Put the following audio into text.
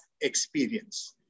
experience